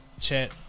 Chat